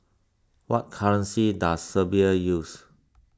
what currency does Serbia use